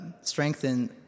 strengthen